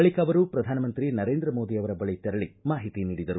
ಬಳಿಕ ಅವರು ಪ್ರಧಾನಮಂತ್ರಿ ನರೇಂದ್ರ ಮೋದಿ ಅವರ ಬಳಿ ತೆರಳಿ ಮಾಹಿತಿ ನೀಡಿದರು